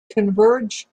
converge